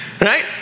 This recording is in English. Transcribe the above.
right